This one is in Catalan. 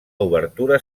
obertura